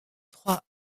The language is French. trois